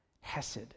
hesed